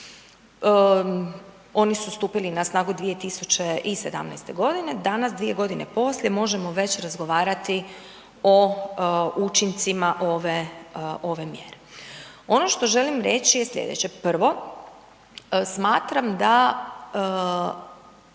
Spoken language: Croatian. oni su stupili na snagu 2017. g., danas 2 g. poslije možemo već razgovarati o učincima ove mjere. Ono što želim reći je slijedeće, prvo, smatram da